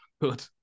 Good